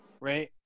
right